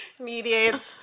Mediates